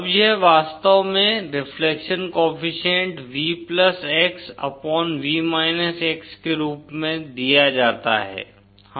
अब यह वास्तव में reflection coefficient V x upon V x के रूप में दिया जाता है